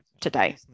today